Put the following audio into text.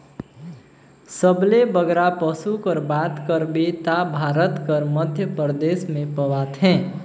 सबले बगरा पसु कर बात करबे ता भारत कर मध्यपरदेस में पवाथें